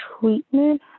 treatment